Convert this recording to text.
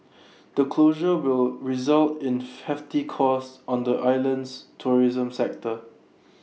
the closure will result in hefty costs on the island's tourism sector